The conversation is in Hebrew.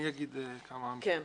אני אגיד כמה משפטים.